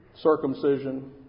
circumcision